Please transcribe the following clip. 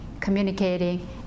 communicating